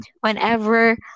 whenever